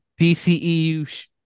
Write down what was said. DCEU